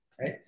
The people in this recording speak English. right